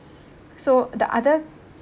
so the other